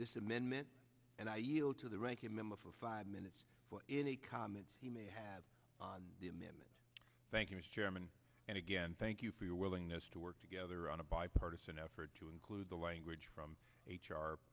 this amendment and i yield to the ranking member for five minutes for any comments he may have on the amendment thank you mr chairman and again thank you for your willingness to work together on a bipartisan effort to include the language from h